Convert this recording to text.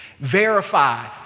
verify